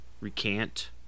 Recant